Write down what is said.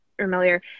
familiar